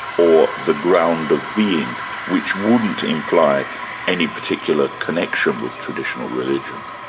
or the ground of being which wouldn't imply any particular connection with traditional religion?